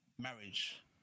marriage